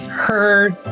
heard